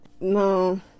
No